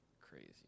Crazy